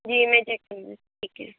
جی میں چیک کروں گی ٹھیک ہے